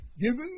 given